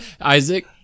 Isaac